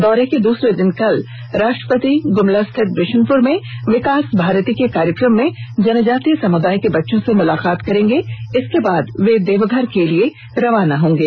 दौरे के दूसरे दिन कल राष्ट्रपति गुमला स्थित विष्नपुर में विकास भारती के कार्यक्रम में जनजातीय समुदाय के बच्चों से मुलाकात करेंगे इसके बाद वे देवघर के लिए रवाना होंगे